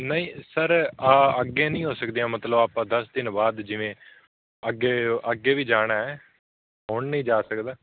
ਨਹੀਂ ਸਰ ਆ ਅੱਗੇ ਨਹੀਂ ਹੋ ਸਕਦੀਆਂ ਮਤਲਬ ਆਪਾਂ ਦਸ ਦਿਨ ਬਾਅਦ ਜਿਵੇਂ ਅੱਗੇ ਅੱਗੇ ਵੀ ਜਾਣਾ ਹੁਣ ਨਹੀਂ ਜਾ ਸਕਦਾ